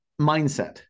mindset